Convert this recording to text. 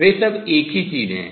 वे सब एक ही चीज़ हैं